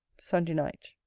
sunday night.